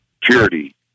purity